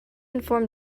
inform